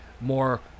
more